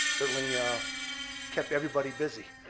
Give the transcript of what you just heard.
certainly kept everybody busy.